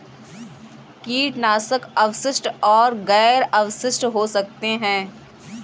कीटनाशक अवशिष्ट और गैर अवशिष्ट हो सकते हैं